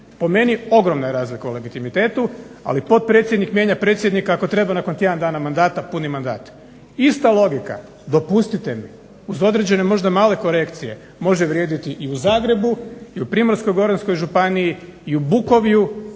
Po meni, ogromna je razlika u legitimitetu. Ali potpredsjednik mijenja predsjednika ako treba nakon tjedan dana mandata, puni mandat. Ista logika, dopustite mi, uz određene možda male korekcije može vrijediti i u Zagrebu, i u primorsko-goranskoj županiji, i u Bukovju,